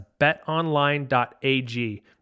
betonline.ag